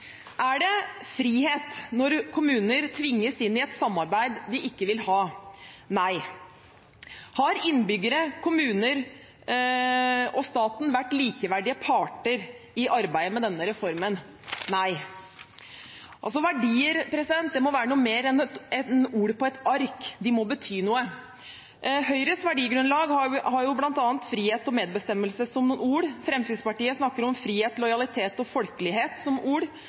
Er det frihet når kommuner tvinges inn i et samarbeid de ikke vil ha? Nei. Har innbyggere, kommuner og staten vært likeverdige parter i arbeidet med denne reformen? Nei. Verdier må være noe mer enn ord på et ark, de må bety noe. Høyres verdigrunnlag er bl.a. frihet og medbestemmelse – ord. Fremskrittspartiet snakker om frihet, lojalitet og folkelighet – ord.